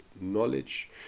knowledge